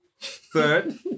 third